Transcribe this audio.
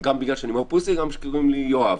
גם בגלל שאני מהאופוזיציה וגם בגלל שקוראים לי יואב.